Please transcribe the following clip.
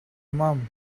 mum